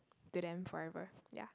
to them forever ya